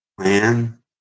plan